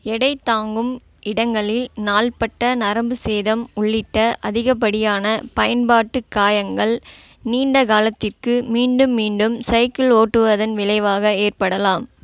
எடை தாங்கும் இடங்களில் நாள்பட்ட நரம்பு சேதம் உள்ளிட்ட அதிகப்படியான பயன்பாட்டு காயங்கள் நீண்ட காலத்திற்கு மீண்டும் மீண்டும் சைக்கிள் ஓட்டுவதன் விளைவாக ஏற்படலாம்